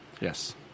yes